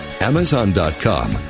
amazon.com